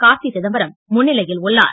கார்த்தி சிதம்பரம் முன்னிலையில் உள்ளார்